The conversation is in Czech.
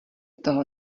toho